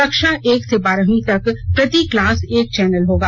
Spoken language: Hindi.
कक्षा एक से बारहवीं तक प्रति क्लास एक चैनल होगा